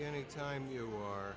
anytime you are